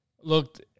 looked